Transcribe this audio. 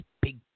big